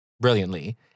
brilliantly